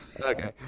Okay